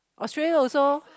Australia also